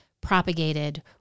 propagated